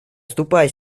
ступай